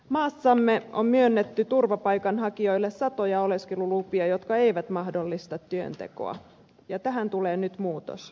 maassamme on myönnetty turvapaikanhakijoille satoja oleskelulupia jotka eivät mahdollista työntekoa ja tähän tulee nyt muutos